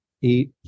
eat